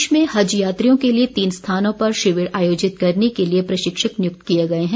प्रदेश में हज यात्रियों के लिए तीन स्थानों पर शिविर आयोजित करने के लिए प्रशिक्षक नियुक्त किए गए हैं